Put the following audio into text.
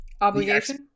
Obligation